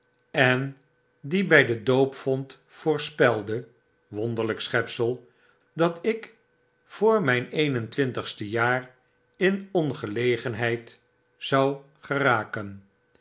en die bij de doopvont voorspelde wonderlyk schepsel dat ik voor myn een en twin tigs tejaar in ongelegenheid zou geraken